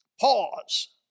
Pause